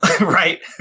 right